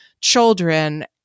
children